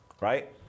right